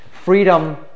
freedom